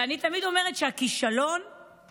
ואני תמיד אומרת שהכישלון הוא